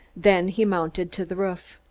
then he mounted to the roof.